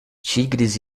tigres